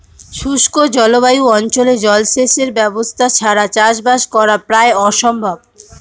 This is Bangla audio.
শুষ্ক জলবায়ু অঞ্চলে জলসেচের ব্যবস্থা ছাড়া চাষবাস করা প্রায় অসম্ভব